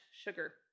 sugar